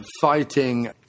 fighting